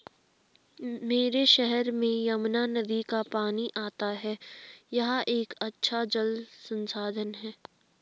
मेरे शहर में यमुना नदी का पानी आता है यह एक अच्छा जल संसाधन है